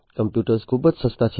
computers ખૂબ સસ્તા છે